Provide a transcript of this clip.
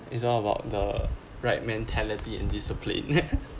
it's all about the right mentality and discipline